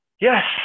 Yes